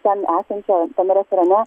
ten esančio tame restorane